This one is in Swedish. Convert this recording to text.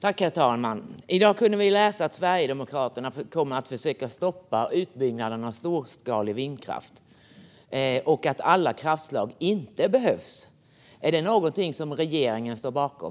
Herr talman! I dag kunde vi läsa att Sverigedemokraterna kommer att försöka stoppa utbyggnaden av storskalig vindkraft och att alla kraftslag inte behövs. Är det någonting som regeringen står bakom?